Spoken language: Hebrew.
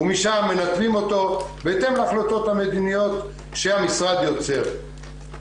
ומשם מנתבים אותו בהתאם להחלטות המדיניות שהמשרד יוצר.